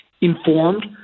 informed